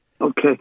Okay